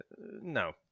no